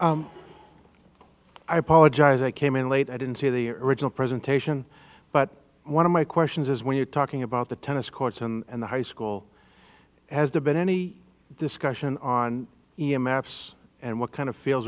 hostility i apologize i came in late i didn't see the original presentation but one of my questions is when you're talking about the tennis courts and the high school has there been any discussion on him apps and what kind of feels